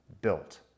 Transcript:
built